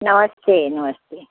नमस्ते नमस्ते